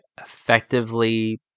effectively